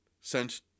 sent